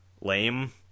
lame